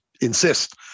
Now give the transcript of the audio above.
insist